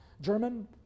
German